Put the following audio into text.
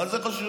מה זה חשוב?